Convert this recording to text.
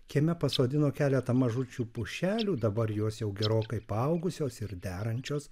kieme pasodino keletą mažučių pušelių dabar jos jau gerokai paaugusios ir derančios